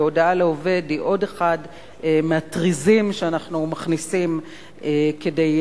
והודעה לעובד היא עוד טריז שאנו מכניסים כחיץ,